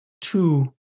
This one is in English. two